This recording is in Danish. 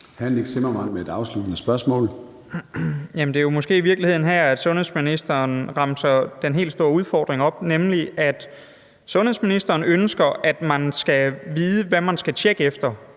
Nick Zimmermann (DF): Det er jo måske i virkeligheden her, at sundhedsministeren remser den helt store udfordring op. Sundhedsministeren ønsker nemlig, at man skal vide, hvad man skal tjekke efter.